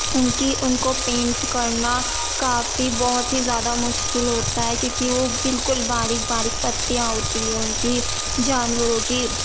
ان کی ان کو پینٹ کرنا کافی بہت ہی زیادہ مشکل ہوتا ہے کیونکہ وہ بالکل باریک باریک پتیاں ہوتی ہے ان کی جانوروں کی